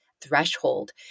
threshold